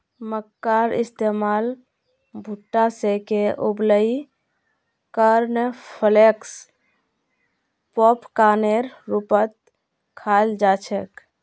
मक्कार इस्तमाल भुट्टा सेंके उबलई कॉर्नफलेक्स पॉपकार्नेर रूपत खाल जा छेक